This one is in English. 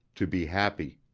to be happy.